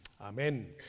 Amen